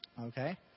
Okay